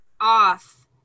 off